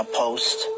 post